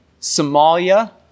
Somalia